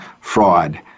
fraud